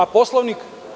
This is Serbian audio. A Poslovnik?